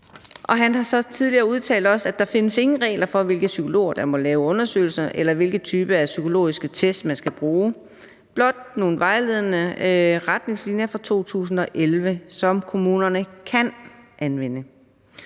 så også tidligere udtalt, at der ingen regler findes for, hvilke psykologer der må lave undersøgelser, eller hvilke typer af psykologiske test man skal bruge, blot nogle vejledende retningslinjer fra 2011, som kommunerne kan anvende.